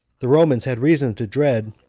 the romans had reason to dread,